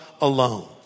alone